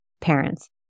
parents